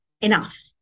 enough